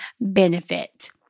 benefit